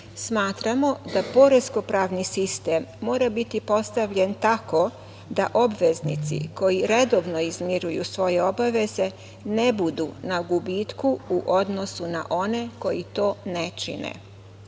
zakona. Smatramo da poresko pravni sistem mora biti postavljen tako da obveznici koji redovno izmiruju svoje obaveze ne budu na gubitku u odnosu na one koji to ne čine.